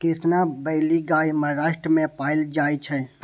Krishna valley गाय महाराष्ट्र मे पाएल जाइ छै